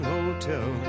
Hotel